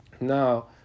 Now